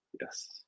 Yes